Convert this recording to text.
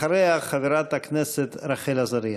אחריה, חברת הכנסת רחל עזריה.